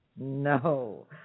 No